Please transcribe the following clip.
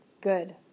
Good